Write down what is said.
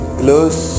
close